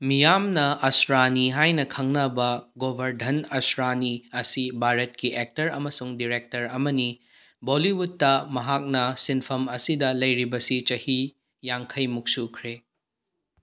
ꯃꯤꯌꯥꯝꯅ ꯑꯁ꯭ꯔꯥꯅꯤ ꯍꯥꯏꯅ ꯈꯪꯅꯕ ꯒꯣꯕꯔꯙꯟ ꯑꯁ꯭ꯔꯥꯅꯤ ꯑꯁꯤ ꯚꯥꯔꯠꯀꯤ ꯑꯦꯛꯇꯔ ꯑꯃꯁꯨꯡ ꯗꯤꯔꯦꯛꯇꯔ ꯑꯃꯅꯤ ꯕꯣꯜꯂꯤꯋꯨꯠꯇ ꯃꯍꯥꯛꯅ ꯁꯤꯟꯐꯝ ꯑꯁꯤꯗ ꯂꯩꯔꯤꯕꯁꯤ ꯆꯍꯤ ꯌꯥꯡꯈꯩꯃꯨꯛ ꯁꯨꯈ꯭ꯔꯦ